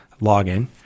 login